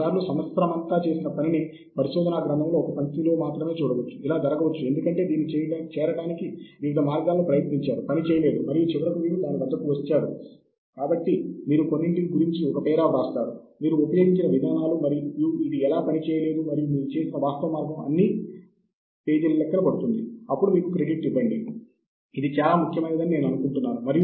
కొన్నిసార్లు అది ప్రత్యేక ఆసక్తి సమూహ వెబ్సైట్లను సందర్శించడానికి కూడా చాలా ఉపయోగకరంగా ఉంటుంది